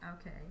okay